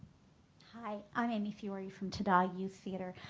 hi. i'm amy fiore from tada youth theater.